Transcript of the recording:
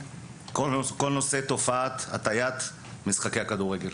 בתופעת הטיית משחקי כדורגל.